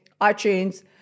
iTunes